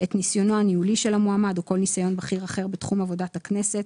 את ניסיונו הניהולי של המועמד או כל ניסיון בכי אחר בתחום עבודת הכנסת,